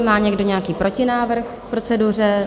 Má někdo nějaký protinávrh k proceduře?